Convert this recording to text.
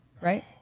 right